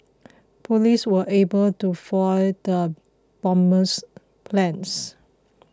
police were able to foil the bomber's plans